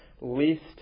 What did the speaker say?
least